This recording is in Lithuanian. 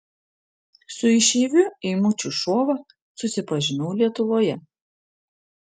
su išeiviu eimučiu šova susipažinau lietuvoje